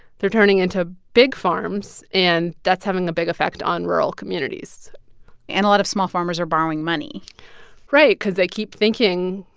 they're turning into big farms, and that's having a big effect on rural communities and a lot of small farmers are borrowing money right, cause they keep thinking,